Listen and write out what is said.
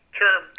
term